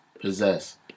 possess